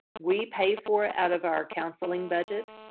we pay for it out of our counseling budget.